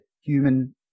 human